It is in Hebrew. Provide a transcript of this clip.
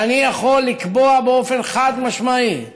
ואני יכול לקבוע באופן חד-משמעי: